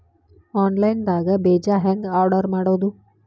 Online ದಾಗ ಬೇಜಾ ಹೆಂಗ್ ಆರ್ಡರ್ ಮಾಡೋದು?